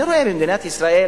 אני רואה במדינת ישראל